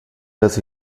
dass